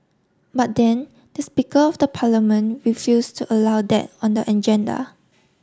but then the speaker of the parliament refused to allow that on the agenda